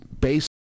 based